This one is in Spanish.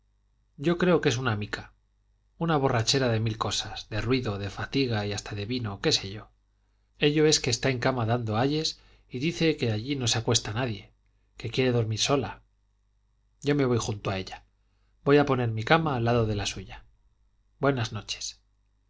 yo creo que una mica una borrachera de mil cosas de ruido de fatiga y hasta de vino qué sé yo ello es que está en la cama dando ayes y dice que allí no se acuesta nadie que quiere dormir sola yo me voy junto a ella voy a poner mi cama al lado de la suya buenas noches